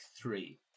three